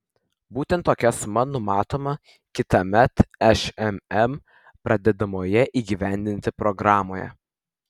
būtent tokia suma numatoma kitąmet šmm pradedamoje įgyvendinti programoje